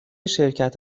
شرکت